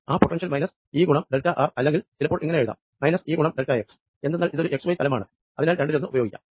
ആ potential minus ഈ ഗുണം ഡെൽറ്റ ആർ അല്ലെങ്കിൽ ചിലപ്പോൾ ഇങ്ങനെ എഴുതാം മൈനസ് ഈ ഗുണം ഡെൽറ്റ എക്സ് എന്തെന്നാൽ ഇതൊരു എക്സ് വൈ തലമാണ് അതിനാൽ രണ്ടിലൊന്ന് ഉപയോഗിക്കാം